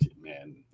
man